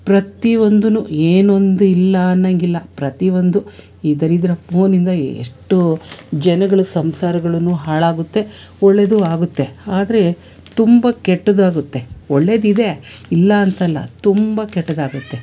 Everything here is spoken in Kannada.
ಪ್ರತಿ ಒಂದೂ ಏನೊಂದು ಇಲ್ಲ ಅನ್ನೊಂಗಿಲ್ಲ ಪ್ರತಿ ಒಂದು ಈ ದರಿದ್ರ ಪೋನಿಂದ ಎಷ್ಟೋ ಜನಗಳ ಸಂಸಾರಗಳನ್ನು ಹಾಳಾಗುತ್ತೆ ಒಳ್ಳೇದು ಆಗುತ್ತೆ ಆದರೆ ತುಂಬ ಕೆಟ್ಟದಾಗುತ್ತೆ ಒಳ್ಳೆದಿದೆ ಇಲ್ಲ ಅಂತಲ್ಲ ತುಂಬ ಕೆಟ್ಟದಾಗುತ್ತೆ